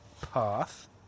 path